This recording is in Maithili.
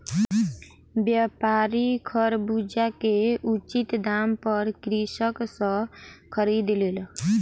व्यापारी खरबूजा के उचित दाम पर कृषक सॅ खरीद लेलक